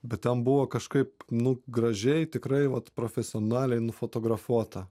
bet ten buvo kažkaip nu gražiai tikrai vat profesionaliai nufotografuota